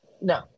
No